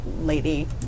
lady